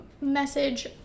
message